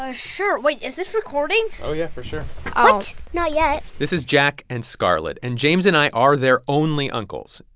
ah sure. wait is this recording? oh, yeah. for sure oh what? not yet this is jack and scarlett. and james and i are their only uncles.